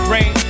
Rain